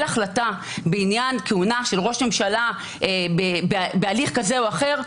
החלטה בעניין כהונה של ראש ממשלה בהליך כזה או אחר,